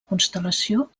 constel·lació